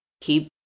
keep